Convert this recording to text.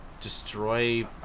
destroy